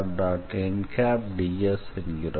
nds என்கிறோம்